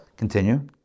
Continue